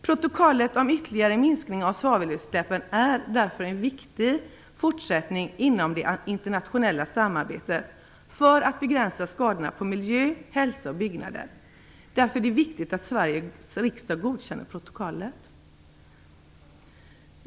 Protokollet om ytterligare minskning av svavelutsläppen är därför en viktig fortsättning inom det internationella samarbetet för att begränsa skador på miljö, hälsa och byggnader. Det är därför viktigt att Sveriges riksdag godkänner protokollet.